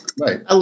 Right